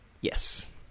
Yes